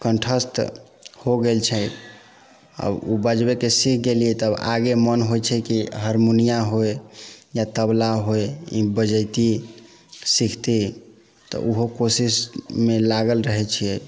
कण्ठस्थ हो गेल छै आओर उ बजबैके सीख गेलियै तऽ आगे मोन होइ छै कि हारमोनिया होइ या तबला होइ ई बजैती सिखती तऽ उहो कोशिशमे लागल रहै छियै